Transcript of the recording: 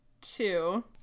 two